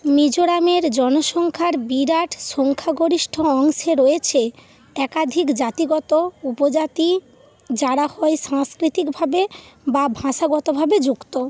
মিজোরামের জনসংখ্যার বিরাট সংখ্যাগরিষ্ঠ অংশে রয়েছে একাধিক জাতিগত উপজাতি যারা হয় সাংস্কৃতিকভাবে বা ভাষাগতভাবে যুক্ত